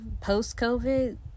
post-COVID